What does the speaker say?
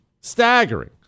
staggering